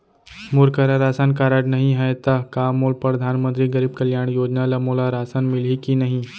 मोर करा ration card नहीं है त का मोल परधानमंतरी गरीब कल्याण योजना ल मोला राशन मिलही कि नहीं?